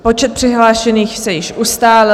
Počet přihlášených se již ustálil.